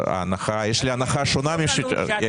יש לי הנחה שונה משלך.